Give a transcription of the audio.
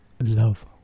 love